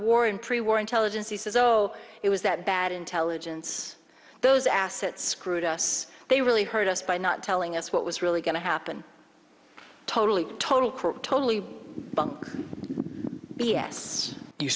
war in pre war intelligence he says oh it was that bad intelligence those assets screwed us they really hurt us by not telling us what was really going to happen totally totally totally b s you